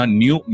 new